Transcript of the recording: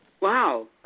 wow